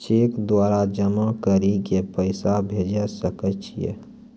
Cheque द्वारा जमा करि के पैसा भेजै सकय छियै?